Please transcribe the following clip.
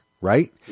Right